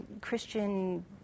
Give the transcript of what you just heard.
Christian